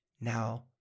now